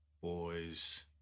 boys